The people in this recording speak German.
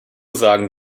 sagen